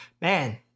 Man